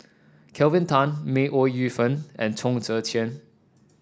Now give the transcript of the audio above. Kelvin Tan May Ooi Yu Fen and Chong Tze Chien